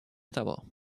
того